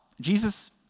Jesus